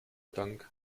dank